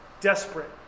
desperate